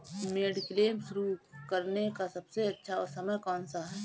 Mediclaim शुरू करने का सबसे अच्छा समय कौनसा है?